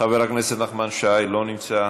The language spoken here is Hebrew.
אינו נוכח,